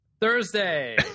thursday